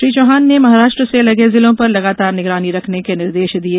श्री चौहान ने महाराष्ट्र से लगे जिलों पर लगातार निगरानी रखने के निर्देश दिये